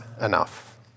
enough